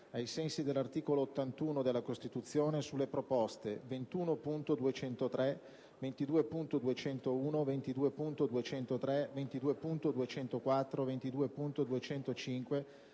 ai sensi dell'articolo 81 della Costituzione, sulle proposte 21.203, 22.201, 22.203, 22.204, 22.205,